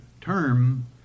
term